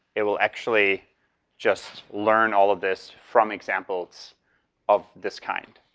it will actually just learn all of this from examples of this kind.